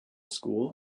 school